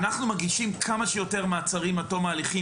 אנחנו מגישים כמה שיותר מעצרים עד תום ההליכים